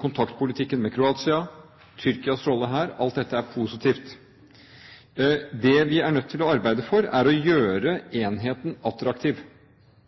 kontaktpolitikken med Kroatia, Tyrkias rolle her – alt dette er positivt. Det vi er nødt til å arbeide for, er å gjøre enheten attraktiv,